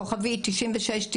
כוכבית 9696,